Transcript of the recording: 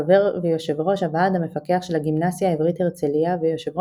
חבר ויו"ר הוועד המפקח של הגימנסיה העברית הרצליה ויו"ר